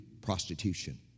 prostitution